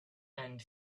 and